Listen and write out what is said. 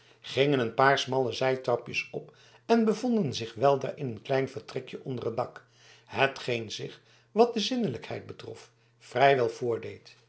gingen een paar smalle zijtrapjes op en bevonden zich weldra in een klein vertrekje onder het dak hetgeen zich wat de zindelijkheid betrof vrij wel voordeed